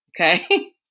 Okay